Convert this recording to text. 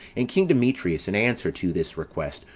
and king demetrius, in answer to this request,